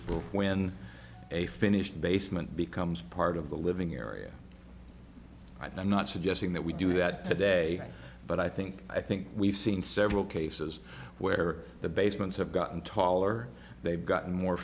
for when a finished basement becomes part of the living area i'm not suggesting that we do that today but i think i think we've seen several cases where the basements have gotten taller they've gotten more